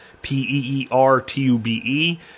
P-E-E-R-T-U-B-E